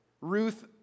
Ruth